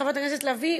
חברת הכנסת לביא,